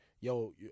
Yo